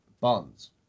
bonds